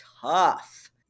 tough